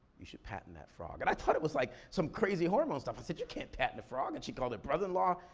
you should patent that frog. and i thought it was like some crazy hormone stuff. i said, you can't patent a frog! and she called her brother-in-law,